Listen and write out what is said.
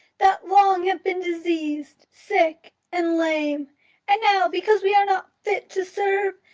that long have been diseased, sick, and lame and now, because we are not fit to serve,